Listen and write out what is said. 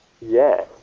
Yes